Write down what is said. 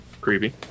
Creepy